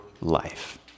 life